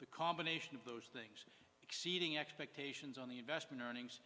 the combination of those things exceeding expectations on the investment earnings